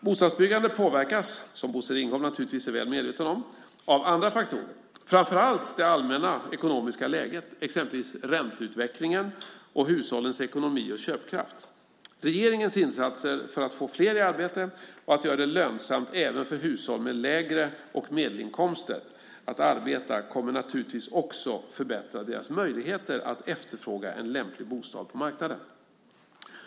Bostadsbyggandet påverkas, som Bosse Ringholm naturligtvis är väl medveten om, av andra faktorer, framför allt det allmänna ekonomiska läget, exempelvis ränteutvecklingen och hushållens ekonomi och köpkraft. Regeringens insatser för att få fler i arbete och att göra det lönsamt även för hushåll med lägre och medelinkomster att arbeta kommer naturligtvis också förbättra deras möjligheter att efterfråga en lämplig bostad på marknaden.